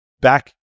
back